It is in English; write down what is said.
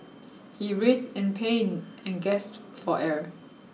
he writhed in pain and gasped for air